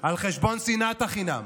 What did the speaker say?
על חשבון שנאת החינם.